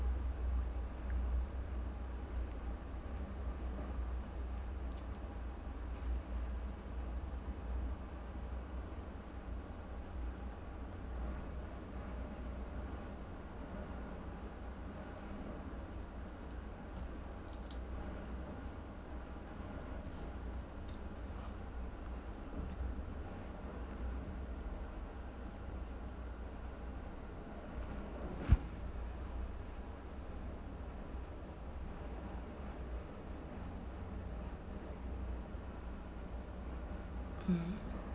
mm